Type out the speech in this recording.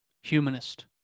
humanist